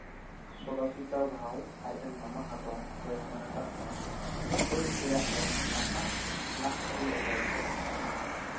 ᱥᱚᱫᱟᱥᱤᱵᱽ ᱨᱟᱣ ᱵᱷᱟᱣ ᱟᱡ ᱨᱮᱱ ᱢᱟᱢᱟ ᱦᱟᱛᱚᱢ ᱵᱚᱭᱦᱟ ᱢᱟᱨᱟᱴᱷᱟ ᱥᱮᱱ ᱯᱷᱟᱹᱫᱽ ᱨᱮᱭᱟᱜ ᱮ ᱱᱟᱦᱟᱜ ᱱᱟᱜ ᱟᱹᱨᱩᱭ ᱮᱛᱚᱦᱚᱵ ᱞᱮᱫᱟ